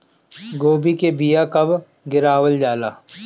गोभी के बीया कब गिरावल जाला?